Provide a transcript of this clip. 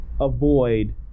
avoid